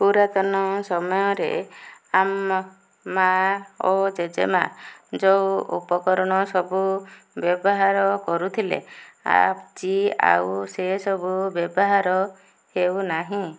ପୁରାତନ ସମୟରେ ମା ଓ ଜେଜେମା ଯେଉଁ ଉପକରଣ ସବୁ ବ୍ୟବହାର କରୁଥିଲେ ଆଜି ଆଉ ସେସବୁ ବ୍ୟବହାର ହେଉ ନାହିଁ